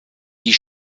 die